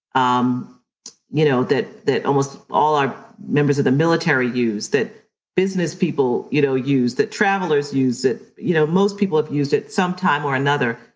um you know that that almost all our members of the military use, that business people you know use, that travelers use. you know most people have used it sometime or another,